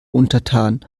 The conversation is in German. untertan